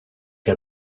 que